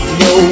no